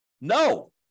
No